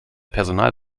personal